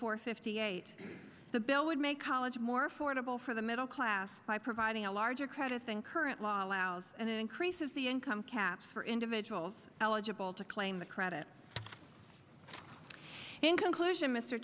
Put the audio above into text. four fifty eight the bill would make college more affordable for the middle class by providing a larger credit than current law allows and increases the income caps for individuals eligible to claim the credit in conclusion mr